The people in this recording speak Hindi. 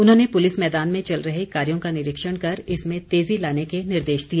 उन्होंने पुलिस मैदान में चल रहे कार्यों का निरीक्षण कर इसमें तेज़ी लाने के निर्देश दिए